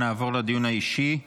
נעבור לדיון האישי.